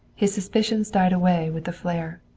his suspicions died away with the flare.